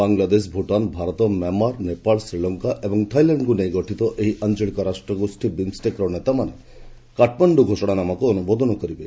Bangladesh Bhutan Bharat Myanmar Nepal Sri Lanka ଓ ଥାଇଲ୍ୟାଣ୍ଡକ୍ ନେଇ ଗଠିତ ଏହି ଆଞ୍ଚଳିକ ରାଷ୍ଟ୍ରଗୋଷୀ ବିମ୍ଷେକ୍ର ନେତାମାନେ କାଠମାଣ୍ଡୁ ଘୋଷଣାନାମାକୁ ଅନୁମୋଦନ କରିବେ